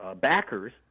backers